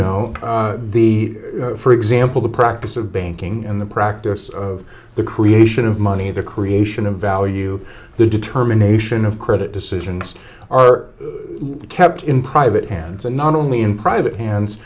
know the for example the practice of banking and the practice of the creation of money the creation of value the determination of credit decisions are kept in private hands and not only in private hands